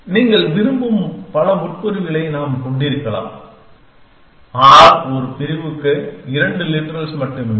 நீங்கள் விரும்பும் பல உட்பிரிவுகளை நாம் கொண்டிருக்கலாம் ஆனால் ஒரு பிரிவுக்கு இரண்டு லிட்ரல்ஸ் மட்டுமே